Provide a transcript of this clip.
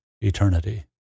eternity